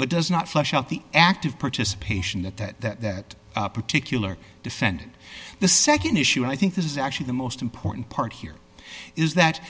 but does not flush out the active participation that that particular defendant the nd issue and i think this is actually the most important part here is that